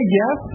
yes